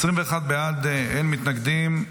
21 בעד, אין מתנגדים.